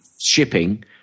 shipping